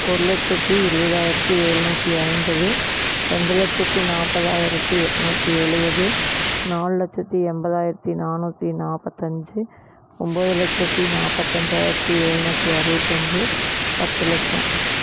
ஒரு லட்சத்து இருபதாயிரத்தி ஏழ்நூற்றி ஐம்பது ரெண்டு லட்சத்து நாற்பதாயிரத்தி எட்ணூற்றி எழுவது நாலு லட்சத்து எண்பதாயிரத்தி நானூற்றி நாற்பத்தஞ்சு ஒம்பது லட்சத்து நாற்பத்தஞ்சாயிரத்தி எழுநூற்றி அறுபத்தஞ்சு பத்து லட்சம்